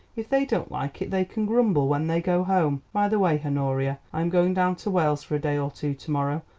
if they don't like it they can grumble when they go home. by the way, honoria, i am going down to wales for a day or two to-morrow.